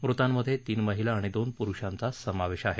मृतांमध्ये तीन महिला आणि दोन प्रूषांचा समावेश आहे